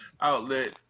outlet